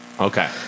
Okay